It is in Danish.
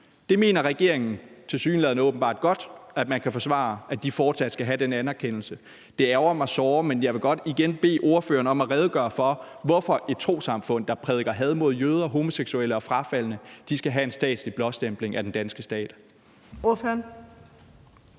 det mener regeringen tilsyneladende åbenbart godt at man kan forsvare, altså at de fortsat skal have den anerkendelse. Det ærgrer mig såre, men jeg vil godt igen bede ordføreren om at redegøre for, hvorfor et trossamfund, der prædiker had mod jøder, homoseksuelle og frafaldne, skal have en blåstempling af den danske stat.